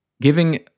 giving